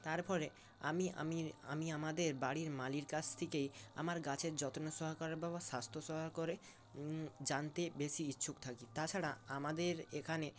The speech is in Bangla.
তারপরে আমি আমাদের বাড়ির মালির কাছ থেকেই আমার গাছের যত্ন সহকারে বা বা স্বাস্থ্য সহকারে জানতে বেশি ইচ্ছুক থাকি তাছাড়া আমাদের এখানে